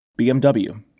BMW